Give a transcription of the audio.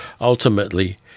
ultimately